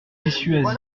dissuasive